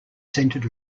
centred